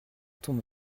tombe